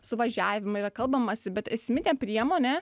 suvažiavimai yra kalbamasi bet esminė priemonė